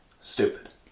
Stupid